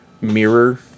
mirror